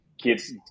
kids